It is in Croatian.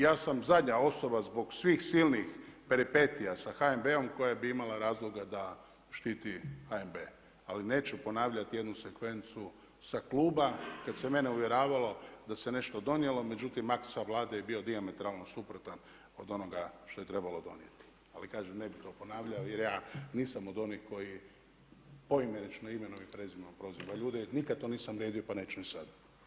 Ja sam zadnja osoba zbog svih peripetija sa HNB-om koja bi imala razloga da štiti HNB-a li neću ponavljati jednu sekvencu sa kluba kad se mene uvjeravalo da se nešto donijelo međutim akt sa Vlade je bio dijametralno suprotan od onoga što je trebalo donijeti, ali kažem, ne bi to ponavljao jer ja nisam od onih koji poimenično imenom i prezimenom proziva ljude i nikad to nisam … pa neću ni sad.